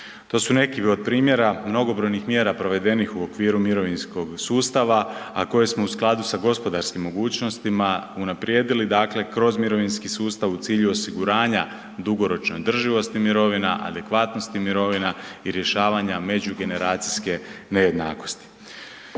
To su neki od primjera mnogobrojnih mjera provedenih u okviru mirovinskog sustava, a koje smo u skladu sa gospodarskim mogućnostima unaprijedili kroz mirovinski sustav u cilju osiguranja dugoročne održivosti mirovina, adekvatnosti mirovina i rješavanja međugeneracijske nejednakosti.